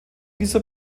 dieser